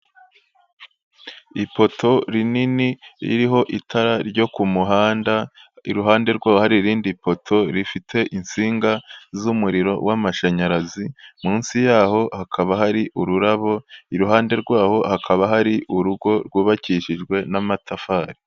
Ipoto rinini ririho itara ryo ku muhanda, iruhande rwaho hari irindi poto rifite insinga z'umuriro w'amashanyarazi, munsi yaho hakaba hari ururabo, iruhande rwaho hakaba hari urugo rwubakishijwe n'amatafari.